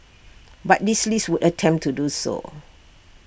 but this list would attempt to do so